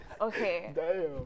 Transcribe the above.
Okay